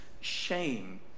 shame